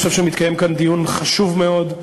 אני חושב שמתקיים כאן דיון חשוב מאוד,